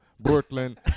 Brooklyn